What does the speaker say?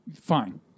fine